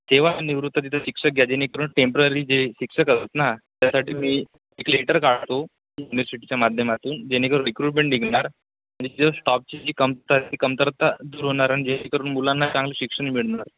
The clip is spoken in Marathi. सेवानिवृत्त तिथे शिक्षक घ्या जेणेकरून टेम्पररी जे शिक्षक होतं ना त्यासाठी मी एक लेटर काढतो युनिव्हर्सिटीच्या माध्यमातून जेणेकरून रिक्रूटमेंट निघणार आणि तिथे स्टॉपची जी कमतरती कमतरता दूर होणार आणि जेणेकरून मुलांना चांगलं शिक्षण मिळणार